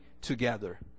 together